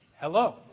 Hello